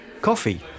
coffee